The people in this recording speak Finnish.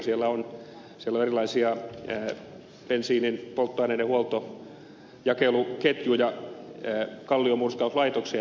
siellä on erilaisia bensiinin polttoaineiden huoltojakeluketjuja kalliomurskauslaitoksia ja tämän tyyppisiä